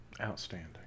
Outstanding